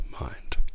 mind